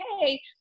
hey